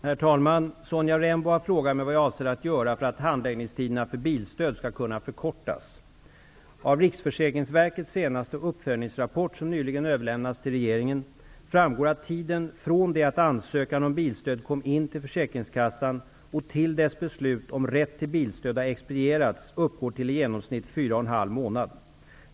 Herr talman! Sonja Rembo har frågat mig vad jag avser att göra för att handläggningstiderna för bilstöd skall kunna förkortas. Av Riksförsäkringsverkets senaste uppföljningsrapport, som nyligen har överlämnats till regeringen, framgår att tiden från det att ansökan om bilstöd kom in till försäkringskassan till dess beslut om rätt till bilstöd expedierats uppgår till i genomsnitt fyra och en halv månad.